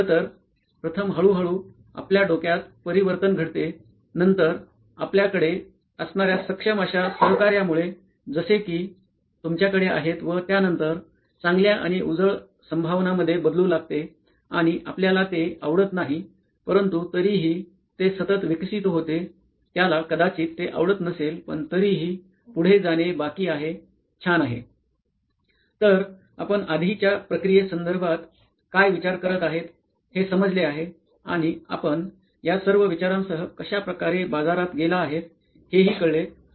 खरंतर प्रथम हळूहळू आपल्या डोक्यात परिवर्तन घडते नंतर आपल्याकडे असणाऱ्या सक्षम अश्या सहकार्यामुळे जसे कि तुमच्याकडे आहेत व त्यानंतर चांगल्या आणि उजळ संभावनांमध्ये बदलू लागते आणि आपल्याला ते आवडत नाही परंतु तरीही ते सतत विकसित होते त्याला कदाचित ते आवडत नसेल पण तरीही पुढे जाणे बाकी आहे छान आहे तर आपण आधीच्या प्रक्रियेसंधार्बत काय विचार करत आहेत हे समजले आहे आणि आपण या सर्व विचारांसह कशाप्रकारे बाजारात गेला आहेत हे हि कळले